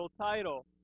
title